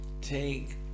Take